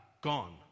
gone